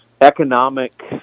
economic